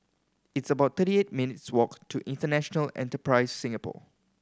it's about thirty eight minutes' walk to International Enterprise Singapore